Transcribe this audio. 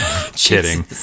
kidding